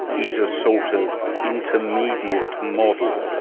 is a sort of intermediate model,